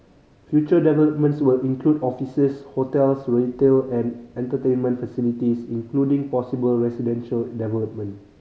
future developments will include offices hotels retail and entertainment facilities including possible residential development